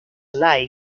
like